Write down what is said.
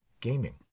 gaming